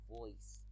voice